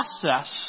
process